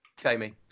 Jamie